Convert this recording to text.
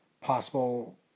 possible